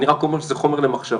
אני רק אומר שזה חומר למחשבה.